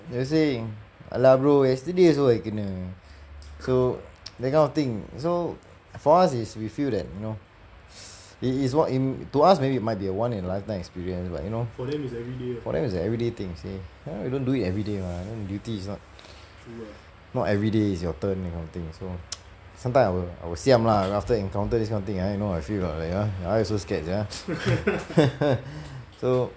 they saying ya lah bro yesterday also I kena so that kind of thing so for us is we feel that you know it is one it to us maybe might be a one in a lifetime experience but you know for them is everyday thing you see ya we don't do it everyday mah then duty is not not everyday is your turn that kind of thing you know sometime I will I will siam lah after encounter this kind of thing ya you know I feel err ya I also scared sia so